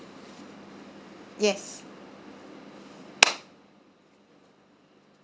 yes